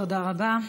תודה רבה.